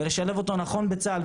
ולשלב אותו נכון בצה"ל,